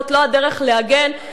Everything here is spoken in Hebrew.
זאת לא הדרך להגן.